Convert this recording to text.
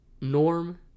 Norm